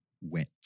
wet